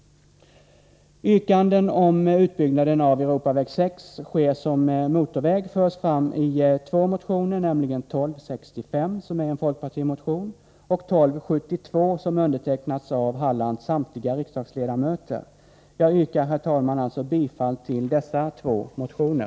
Yrkanden om att utbyggnaden av Europaväg 6 skall göras som motorväg förs fram i två motioner, nämligen 1265, som är en folkpartimotion, och 1272, som är undertecknad av Hallands samtliga riksdagsledamöter. Jag yrkar, herr talman, alltså bifall till dessa två motioner.